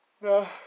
no